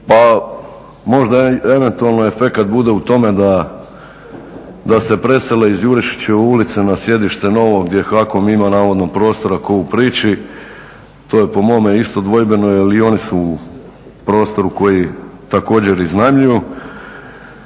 Pa možda eventualno efekat bude u tome da se presele Jurišićeve ulice na sjedište … gdje Hakom ima navodno prostora ko u priči, to je po mome isto dvojbeno jer i oni su u prostoru koji također iznajmljuju.